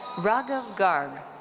raghav garg.